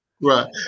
Right